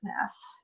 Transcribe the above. mass